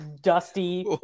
dusty